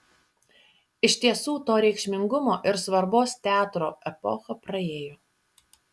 iš tiesų to reikšmingumo ir svarbos teatro epocha praėjo